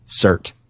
cert